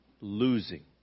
Losing